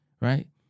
right